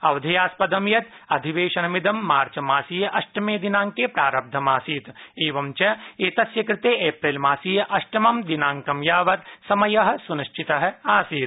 अवधेयास्पर्द यत् अधिवेशनमिर्द मार्चमासीय अष्टमे दिनाङ्के प्रारब्धं आसीत् एवञ्च एतस्य कृते एप्रिलमासीय अष्टमं दिनाङ्कं यावत् समयः सुनिश्चतः आसीत्